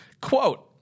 Quote